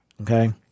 Okay